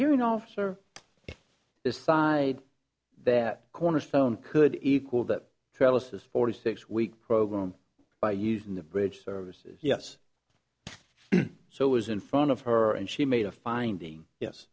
hearing officer decide that cornerstone could equal that travis's forty six week program by using the bridge services yes so it was in front of her and she made a finding yes